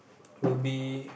will be